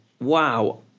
wow